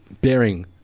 Bearing